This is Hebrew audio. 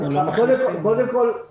קודם כול,